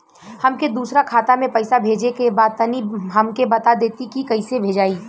हमके दूसरा खाता में पैसा भेजे के बा तनि हमके बता देती की कइसे भेजाई?